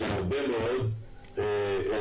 זה הרבה מאוד מטענים,